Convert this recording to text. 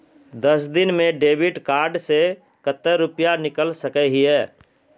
एक दिन में डेबिट कार्ड से कते रुपया निकल सके हिये?